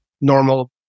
normal